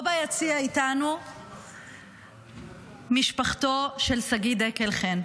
פה ביציע איתנו משפחתו של שגיא דקל חן.